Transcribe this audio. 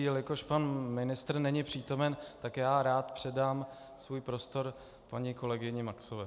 Jelikož pan ministr není přítomen, tak rád předám svůj prostor paní kolegyni Maxové.